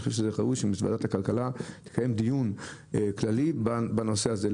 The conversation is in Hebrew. אני חושב שזה חשוב שמשרד הכלכלה יקיים דיון כללי בנושא הזה,